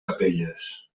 capelles